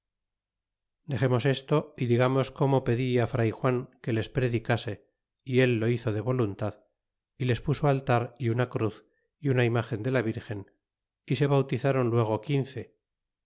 revemos esto y digamos como pedí fr juan que les predicase y ello hizo de voluntad y les puso altar y una cruz y una imgen de la virgen y se bautizron luego quince